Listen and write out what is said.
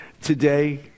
today